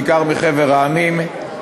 בעיקר מחבר המדינות,